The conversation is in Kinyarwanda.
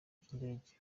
cy’indege